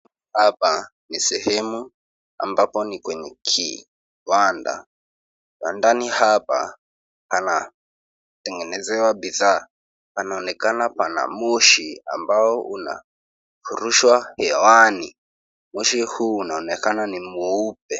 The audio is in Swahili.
Hapa ni sehemu ambapo ni kwenye kibanda. Bandani hapa panatengenezewa bidhaa. Panaonekana pana moshi ambao unafurushwa hewani. Moshi huu unaonekana ni mweupe.